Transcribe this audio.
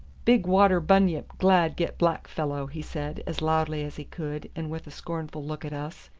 big water bunyip glad get black fellow, he said, as loudly as he could, and with a scornful look at us.